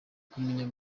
kumenya